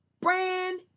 brand